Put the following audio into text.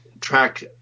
track